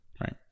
Right